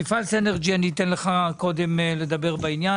מפעל סינרג’י, אני אתן לך קודם לדבר בעניין.